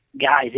guys